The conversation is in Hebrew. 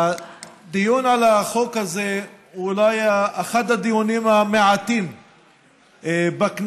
הדיון על החוק הזה הוא אולי אחד הדיונים המעטים בכנסת